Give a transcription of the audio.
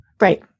Right